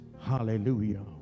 hallelujah